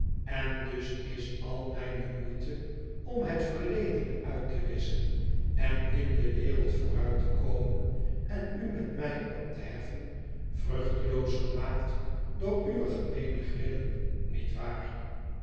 n dus is al mijne moeite om het verledene uit te wisschen en in de wereld vooruit te komen en u met mij op te heften vruchteloos gemaakt door uwe gemeene grillen niet waar